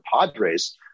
Padres